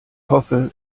hoffe